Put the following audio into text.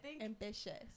ambitious